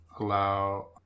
allow